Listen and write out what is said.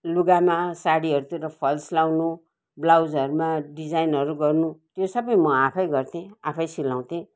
लुगामा साडीहरूतिर फल्स लाउनु ब्लाउजहरूमा डिजाइनहरू गर्नु त्यो सबै म आफै गर्थेँ आफै सिलाउँथेँ